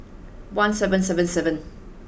one seven seven seven